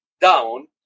down